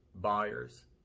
buyers